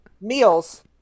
Meals